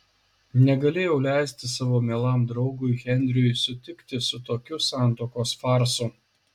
negalėjau leisti savo mielam draugui henriui sutikti su tokiu santuokos farsu